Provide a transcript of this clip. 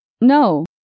No